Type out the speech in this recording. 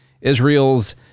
Israel's